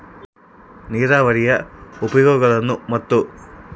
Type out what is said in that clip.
ನೇರಾವರಿಯ ಉಪಯೋಗಗಳನ್ನು ಮತ್ತು?